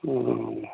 तू नहा लए